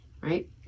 Right